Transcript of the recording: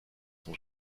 son